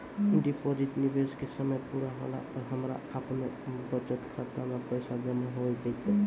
Deposit निवेश के समय पूरा होला पर हमरा आपनौ बचत खाता मे पैसा जमा होय जैतै?